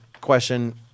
question